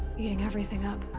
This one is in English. eating everything up.